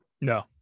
no